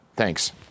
Thanks